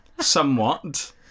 somewhat